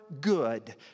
good